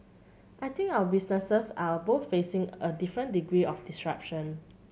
I think our businesses are both facing a different degree of disruption